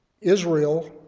Israel